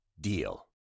DEAL